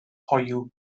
hoyw